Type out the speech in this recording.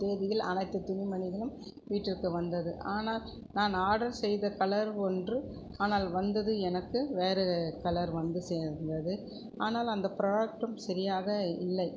தேதியில் அனைத்து துணிமணிகளும் வீட்டிற்கு வந்தது ஆனால் நான் ஆடர் செய்த கலர் ஒன்று ஆனால் வந்தது எனக்கு வேறு கலர் வந்து சேர்ந்தது ஆனால் அந்த ப்ராடக்டும் சரியாக இல்லை